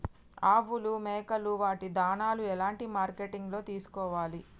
ఆవులు మేకలు వాటి దాణాలు ఎలాంటి మార్కెటింగ్ లో తీసుకోవాలి?